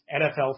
NFL